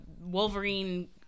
Wolverine